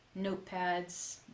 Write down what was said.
notepads